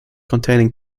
containing